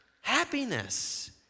Happiness